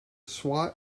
swat